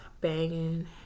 banging